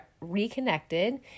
reconnected